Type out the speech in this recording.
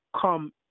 come